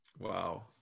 Wow